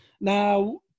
Now